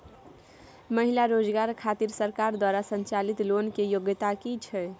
महिला रोजगार खातिर सरकार द्वारा संचालित लोन के योग्यता कि छै?